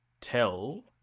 tell